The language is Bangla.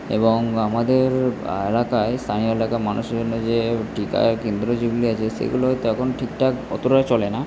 এবং আমাদের এলাকায় স্থানীয় এলাকায় মানুষের জন্য যে টিকা কেন্দ্র যেগুলি আছে সেইগুলো তো এখন ঠিকঠাক অতোটাও চলে না